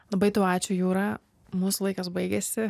labai tau ačiū jūra mūsų laikas baigėsi